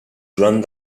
joan